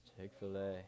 Chick-fil-A